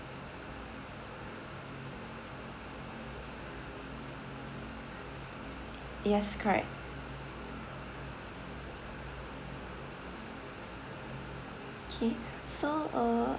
yes correct okay so uh